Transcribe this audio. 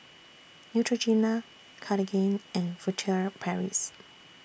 Neutrogena Cartigain and Furtere Paris